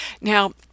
Now